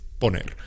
poner